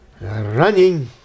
running